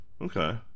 Okay